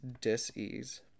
dis-ease